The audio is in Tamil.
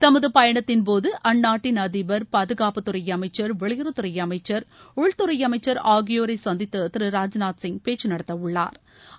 தமது பயணத்தின் போது அந்நாட்டின் அதிபர் பாதுகாப்புத்துறை அமைச்சர் வெளியுறவுத்துறை அமைச்சா் உள்துறை அமைச்சா் ஆகியோரை சந்தித்து திரு ராஜ்நாத் சிங் பேச்சு நடத்த உள்ளாா்